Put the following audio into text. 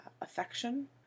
affection